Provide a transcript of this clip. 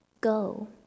Go